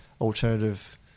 alternative